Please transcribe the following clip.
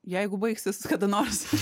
jeigu baigsis kada nors